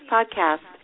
Podcast